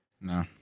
No